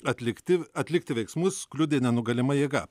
atlikti atlikti veiksmus kliudė nenugalima jėga